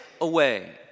away